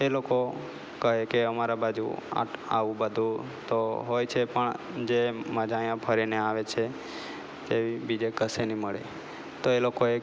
એ લોકો કહે કે અમારા બાજુ આ આવું બધુ તો હોય છે પણ જે મજા અહીં ફરીને આવે છે તેવી બીજે કશે નહીં મળે તો એ લોકોએ